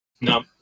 No